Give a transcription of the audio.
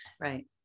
Right